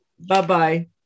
Bye-bye